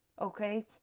Okay